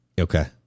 Okay